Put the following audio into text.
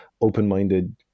open-minded